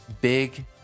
big